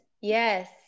Yes